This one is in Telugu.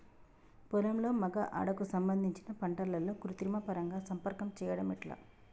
పొలంలో మగ ఆడ కు సంబంధించిన పంటలలో కృత్రిమ పరంగా సంపర్కం చెయ్యడం ఎట్ల?